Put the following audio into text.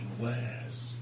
wares